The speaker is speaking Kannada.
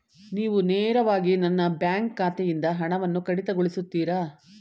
ನೀವು ನೇರವಾಗಿ ನನ್ನ ಬ್ಯಾಂಕ್ ಖಾತೆಯಿಂದ ಹಣವನ್ನು ಕಡಿತಗೊಳಿಸುತ್ತೀರಾ?